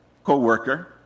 co-worker